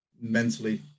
mentally